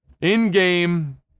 in-game